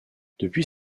depuis